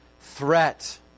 threat